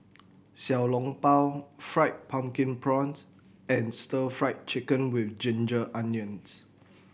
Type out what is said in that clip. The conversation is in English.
Xiao Long Bao Fried Pumpkin Prawns and Stir Fried Chicken With Ginger Onions